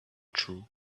true